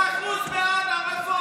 8% בעד הרפורמה, 60% בעד יוקר המחיה.